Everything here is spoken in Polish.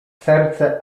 serce